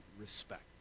respect